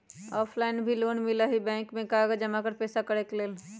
Offline भी loan मिलहई bank में कागज जमाकर पेशा करेके लेल?